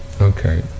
okay